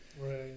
Right